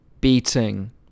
beating